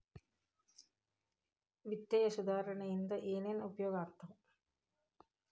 ವಿತ್ತೇಯ ಸುಧಾರಣೆ ಇಂದ ಏನೇನ್ ಉಪಯೋಗ ಆಗ್ತಾವ